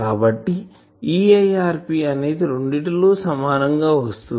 కాబట్టి EIRP అనేది రెండిటి లో సమానం గా వస్తుంది